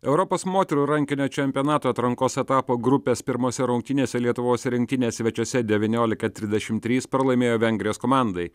europos moterų rankinio čempionato atrankos etapo grupės pirmose rungtynėse lietuvos rinktinė svečiuose devyniolika trisdešim trys pralaimėjo vengrijos komandai